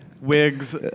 wigs